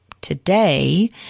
today